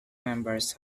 members